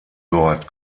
dort